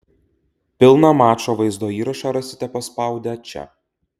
pilną mačo vaizdo įrašą rasite paspaudę čia